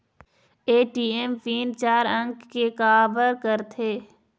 ATM pin चार अंक के का बर करथे?